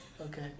Okay